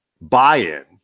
buy-in